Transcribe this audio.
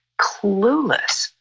clueless